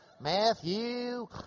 Matthew